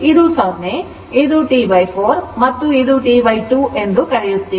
ಇದು 0 ಇದು T 4 ಮತ್ತು ಇದು T 2 ಎಂದು ಕರೆಯುತ್ತೇವೆ